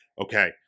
okay